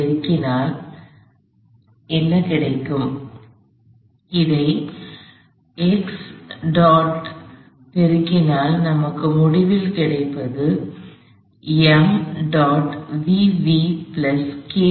எனவே இதைப் பெருக்கினால் நமக்கு முடிவில் கிடைப்பது எங்கே